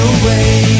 away